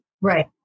Right